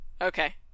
Okay